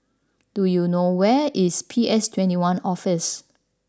do you know where is P S Twenty One Office